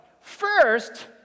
first